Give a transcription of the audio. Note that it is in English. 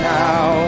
now